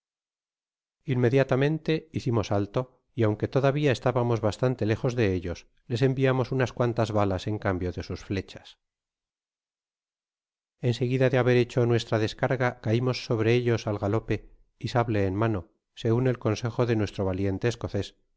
inmediatamente hicimos alto y aunque todavia estábamos bastante lejos de ellos les enviamos unas cuantas balas en cambio de sus flechas en seguida de haber hecho nuestra descarga caimos sobre ellos al gran galope y sable en mano segun el consejo de nuestro valiente escocés